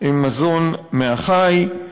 מזון מהחי.